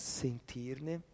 sentirne